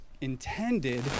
intended